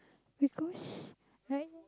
because like